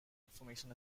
information